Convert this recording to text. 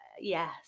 Yes